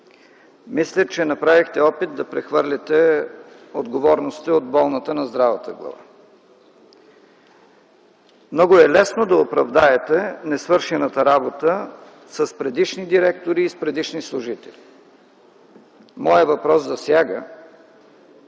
Мисля, че направихте опит да прехвърлите отговорностите от болната на здравата глава. Много е лесно да оправдаете несвършената работа с предишни директори и с предишни служители. Моят въпрос засяга